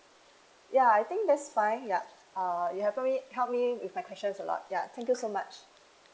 ya I think that's fine yeah uh you have helped helped me with my questions a lot ya thank you so much